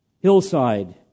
hillside